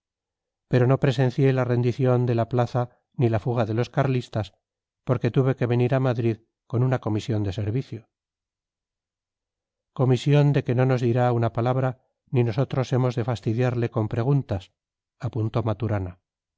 pero no presencié la rendición de la plaza ni la fuga de los carlistas porque tuve que venir a madrid con una comisión del servicio comisión de que no nos dirá una palabra ni nosotros hemos de fastidiarle con preguntas apuntó maturana